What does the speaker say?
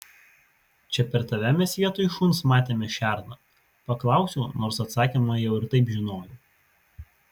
čia per tave mes vietoj šuns matėme šerną paklausiau nors atsakymą jau ir taip žinojau